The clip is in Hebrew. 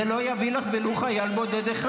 זה לא יביא לך ולו חייל בודד אחד.